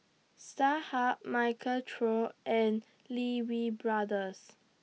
Starhub Michael Trio and Lee Wee Brothers